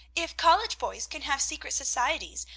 if college boys can have secret societies,